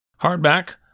hardback